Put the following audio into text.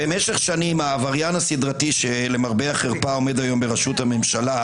-- במשך שנים העבריין הסדרתי שלמרבה החרפה עומד היום בראשות הממשלה,